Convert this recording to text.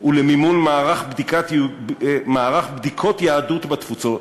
ולמימון מערך בדיקות יהדות בתפוצות,